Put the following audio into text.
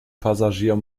passagier